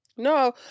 No